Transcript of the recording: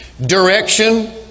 direction